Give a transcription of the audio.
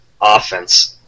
offense